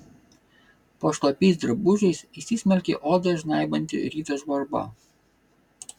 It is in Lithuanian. po šlapiais drabužiais įsismelkė odą žnaibanti ryto žvarba